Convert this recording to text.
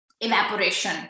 evaporation